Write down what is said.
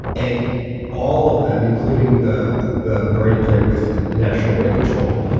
and all of them, including the the burning plane with national rent control,